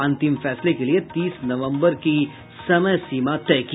अंतिम फैसले के लिए तीस नवम्बर की समय सीमा तय की